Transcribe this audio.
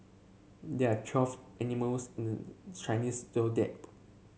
there are twelve animals in the Chinese Zodiac